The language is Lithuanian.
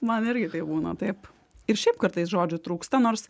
man irgi taip būna taip ir šiaip kartais žodžių trūksta nors